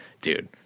Dude